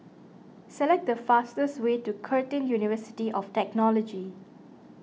select the fastest way to Curtin University of Technology